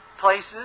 places